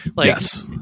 Yes